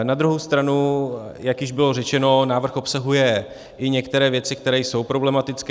Na druhou stranu, jak již bylo řečeno, návrh obsahuje i některé věci, které jsou problematické.